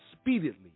speedily